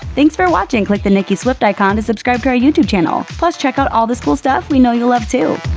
thanks for watching! click the nicki swift icon to subscribe to our youtube channel. plus check out all this cool stuff we know you'll love, too!